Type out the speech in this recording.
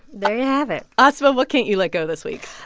there you have it asma, what can't you let go this week?